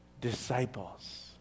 disciples